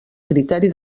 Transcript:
criteri